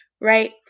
right